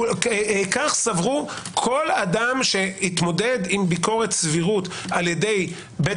כך סברו כל אדם שהתמודד עם ביקורת סבירות על ידי בית